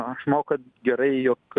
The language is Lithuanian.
aš manau kad gerai jog